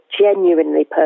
genuinely